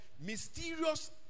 mysterious